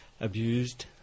abused